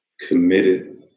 committed